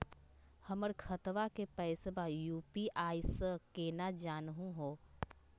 हमर खतवा के पैसवा यू.पी.आई स केना जानहु हो?